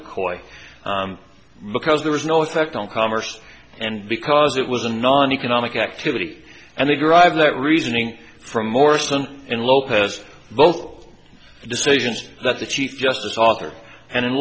mccoy because there was no effect on commerce and because it was a non economic activity and they derived that reasoning from morrison and lopez both decisions that the chief justice arthur and